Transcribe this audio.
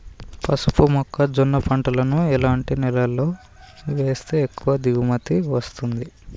పసుపు మొక్క జొన్న పంటలను ఎలాంటి నేలలో వేస్తే ఎక్కువ దిగుమతి వస్తుంది?